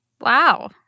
Wow